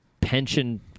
pension